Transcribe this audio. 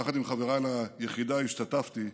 יחד עם חבריי ליחידה השתתפתי,